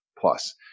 plus